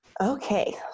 Okay